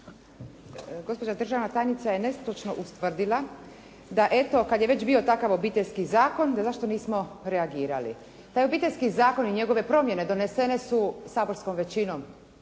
Gospođa državna tajnica je netočno ustvrdila da eto kada je već bio takav Obiteljski zakon da zašto nismo reagirali. Pa Obiteljski zakon i njegove promjene donesene su saborskom većinom.